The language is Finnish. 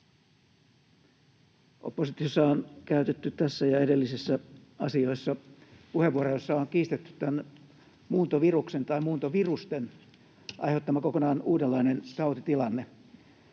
Oppositiossa on käytetty tässä asiassa ja edellisissä asioissa puheenvuoroja, joissa on kiistetty tämän muuntoviruksen tai muuntovirusten aiheuttama kokonaan uudenlainen tautitilanne.